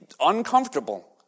uncomfortable